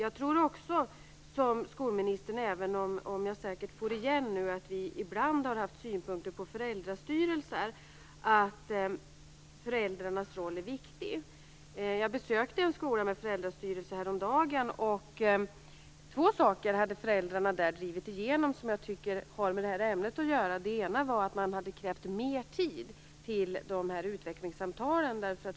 Precis som skolministern tror jag också, även om jag säkert får igen nu att vi ibland har haft synpunkter på föräldrastyrelser, att föräldrarnas roll är viktig. Jag besökte en skola med föräldrastyrelse häromdagen, och två saker hade föräldrarna där drivit igenom som jag tycker har med det här ämnet att göra. Det ena var att man hade krävt mer tid till utvecklingssamtalen.